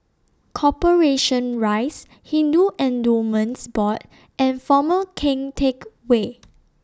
Corporation Rise Hindu Endowments Board and Former Keng Teck Whay